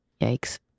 Yikes